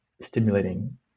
stimulating